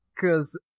cause